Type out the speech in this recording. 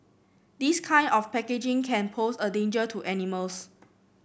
this kind of packaging can pose a danger to animals